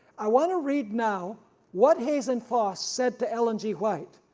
i want to read now what hazen foss said to ellen g. white,